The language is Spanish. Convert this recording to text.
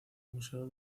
museo